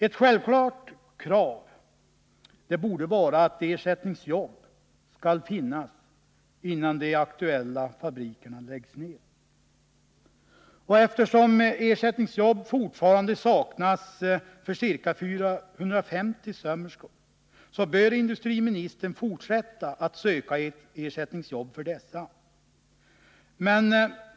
Ett självklart krav borde vara att ersättningsjobb skall finnas innan de aktuella fabrikerna läggs ner. Eftersom ersättningsjobb fortfarande saknas för ca 450 sömmerskor, bör industriministern fortsätta att söka ersättningsjobb för dessa.